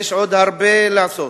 יש עוד הרבה לעשות